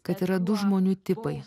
kad yra du žmonių tipai